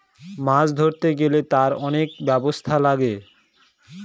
মাছ ধরতে গেলে তার অনেক ব্যবস্থা লাগে